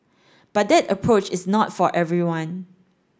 but that approach is not for everyone